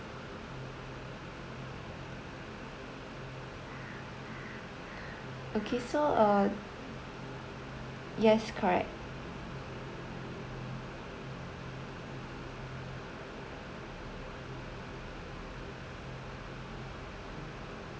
okay so uh yes correct